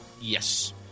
Yes